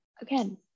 again